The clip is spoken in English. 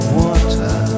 water